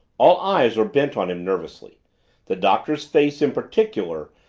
all eyes were bent on him nervously the doctor's face, in particular,